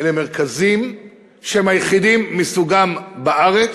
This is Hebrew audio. אלה מרכזים שהם היחידים מסוגם בארץ,